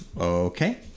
Okay